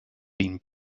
been